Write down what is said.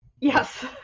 Yes